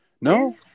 No